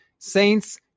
Saints